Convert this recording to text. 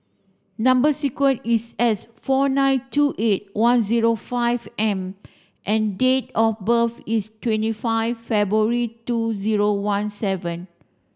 number sequence is S four nine two eight one zero five M and date of birth is twenty five February two zero one seven